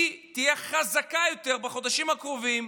תהיה חזקה יותר בחודשים הקרובים,